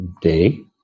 day